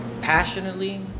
passionately